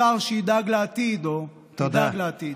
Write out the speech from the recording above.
שר שידאג לעתיד, או שרה שתדאג לעתיד.